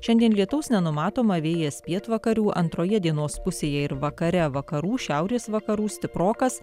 šiandien lietaus nenumatoma vėjas pietvakarių antroje dienos pusėje ir vakare vakarų šiaurės vakarų stiprokas